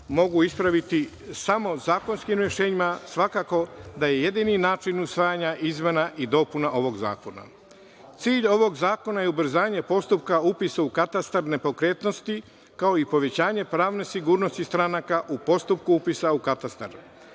mogu ispraviti samo zakonskim rešenjima, svakako da je jedini način usvajanja izmena ovog zakona. Cilj ovog zakona je ubrzanje postupka upisa u katastar nepokretnosti, kao i povećanje pravne sigurnosti stranaka u postupku upisa u katastar.